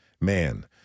Man